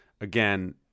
Again